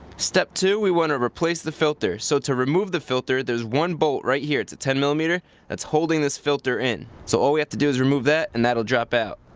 step two we want to replace the filter. so to remove the filter, there's one bolt right here it's a ten mm that's holding this filter in. so all we have to do is remove that and that'll drop out.